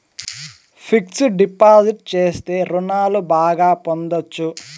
fixed deposit చేస్తే రుణాలు బాగా పొందొచ్చు